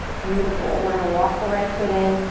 beautiful. we're gonna walk the right foot in,